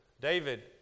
David